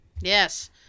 Yes